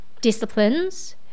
disciplines